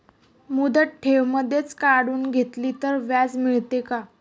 मुदत ठेव मधेच काढून घेतली तर व्याज मिळते का?